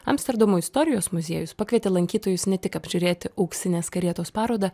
amsterdamo istorijos muziejus pakvietė lankytojus ne tik apžiūrėti auksinės karietos parodą